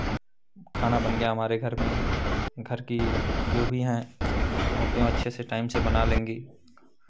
खाना बन गया हमारे घर में घर की जो भी हैं औरतें और अच्छे से टाइम से बना लेंगी